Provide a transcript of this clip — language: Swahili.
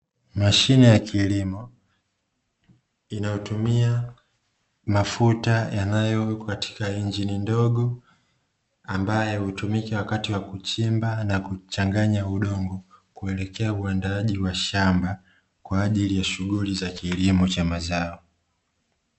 Mashine ya kilimo inayotumia mafuta yanayowekwa katika injini ndogo, ambayo hutumika wakati wa kuchimba na kuchanganya udongo kuelekea uandaaji wa shamba kwa ajili ya shughuli za kilimo cha mazao.